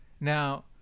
Now